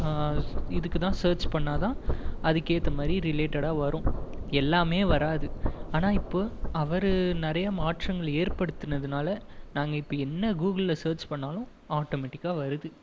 இதுக்கு தான் சேர்ச் பண்ணா தான் அதுக்கு ஏற்ற மாதிரி ரிலேட்டடாக வரும் எல்லாமே வராது ஆனால் இப்போ அவர் நிறையா மாற்றங்கள் ஏற்படுத்துனதுனால நாங்கள் இப்போ என்ன கூகுளில் சேர்ச் பண்ணாலும் ஆட்டோமெட்டிக்காக வருது